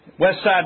Westside